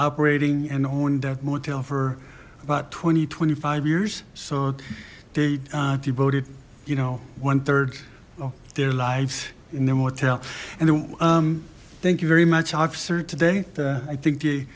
operating and owned that motel for about twenty twenty five years so they devoted you know one third of their lives in the hotel and thank you very much officer today i think the